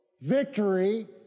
victory